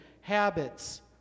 habits